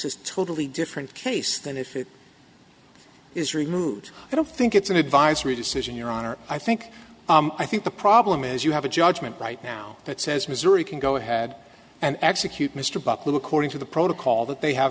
a totally different case than if it is removed i don't think it's an advisory decision your honor i think i think the problem is you have a judgment right now that says missouri can go ahead and execute mr buck little according to the protocol that they have